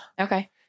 Okay